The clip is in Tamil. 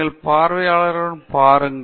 நீங்கள் பார்வையாளர்களைப் பாருங்கள்